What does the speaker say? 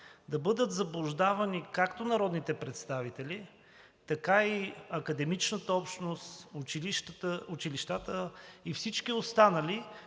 да бъдат заблуждавани както народните представители, така и академичната общност, училищата и всички останали,